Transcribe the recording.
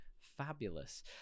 fabulous